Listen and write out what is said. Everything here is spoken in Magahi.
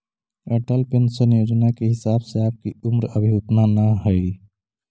अटल पेंशन योजना के हिसाब से आपकी उम्र अभी उतना न हई